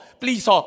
please